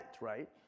right